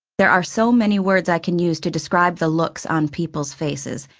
there are so many words i can use to describe the looks on people's faces.